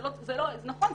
נכון,